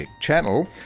channel